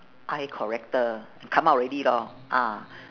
eye corrector come out already lor ah